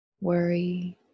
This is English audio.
worry